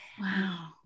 Wow